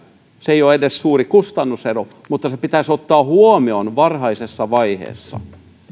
se ei ole edes suuri kustannusero mutta se pitäisi ottaa huomioon varhaisessa vaiheessa